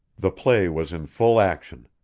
the play was in full action.